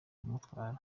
kumutwara